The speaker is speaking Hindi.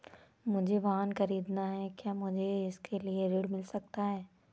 मुझे वाहन ख़रीदना है क्या मुझे इसके लिए ऋण मिल सकता है?